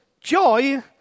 joy